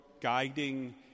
guiding